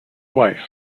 wife